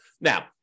Now